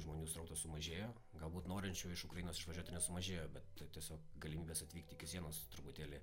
žmonių srautas sumažėjo galbūt norinčių iš ukrainos išvažiuot ir nesumažėjo bet tai tiesiog galimybės atvykt iki sienos truputėlį